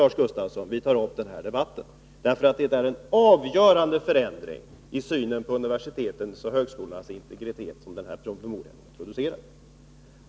Lars Gustafsson, den här promemorian innebär en avgörande förändring i synen på universitetens och högskolornas ställning och det är därför vi tar upp den här debatten.